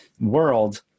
world